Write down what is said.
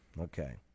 okay